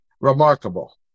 remarkable